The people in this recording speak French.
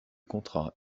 contrats